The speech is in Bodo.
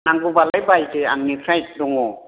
नांगौब्लालाय बायदो आंनिफ्राय दङ